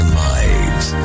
lives